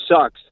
sucks